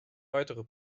weitere